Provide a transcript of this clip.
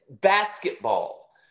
basketball